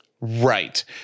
Right